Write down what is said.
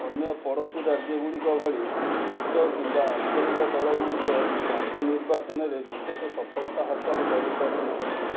ଅନ୍ୟ ପଡ଼ୋଶୀ ରାଜ୍ୟଗୁଡ଼ିକ ଭଳି ଛୋଟ କିମ୍ବା ଆଞ୍ଚଳିକ ଦଳଗୁଡ଼ିକ ରାଜ୍ୟ ନିର୍ବାଚନରେ ବିଶେଷ ସଫଳତା ହାସଲ କରିପାରିନାହାନ୍ତି